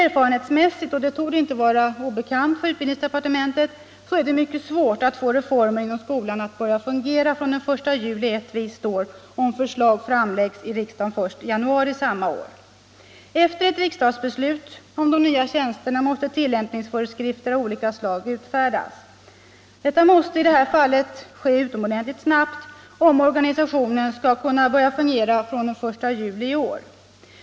Erfarenhetsmässigt, och detta torde inte vara obekant för utbildningsdepartementet, är det mycket svårt att få reformer inom skolan att börja fungera från den 1 juli ett visst år om förslag framläggs i riksdagen först i januari samma år. Efter ett riksdagsbeslut om de nya tjänsterna måste tillämpningsföreskrifter av olika slag utfärdas. Detta måste i det här fallet ske utomordentligt snabbt om organisationen skall kunna börja fungera från den 1 juli i år.